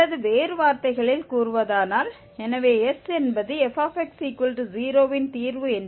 அல்லது வேறு வார்த்தைகளில் கூறுவதானால் எனவே s என்பது fx0 இன் தீர்வு என்றால்